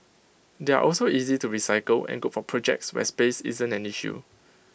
they are also easy to recycle and good for projects where space isn't an issue